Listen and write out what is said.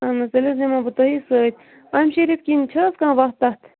اَہن حظ تیٚلہِ حظِ بہٕ تۄہہِ سۭتۍ اَمہِ شیٖرتھِنہٕ چھِ حظ کانٛہہ وَتھ تَتھ